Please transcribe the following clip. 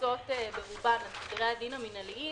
מבוססות ברובן על סדרי הדין המינהליים